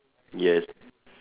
yes